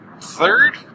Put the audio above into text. third